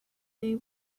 they